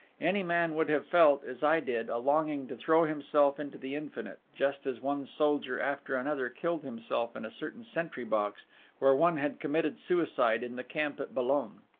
any man would have felt, as i did, a longing to throw himself into the infinite, just as one soldier after another killed himself in a certain sentry box where one had committed suicide in the camp at boulogne.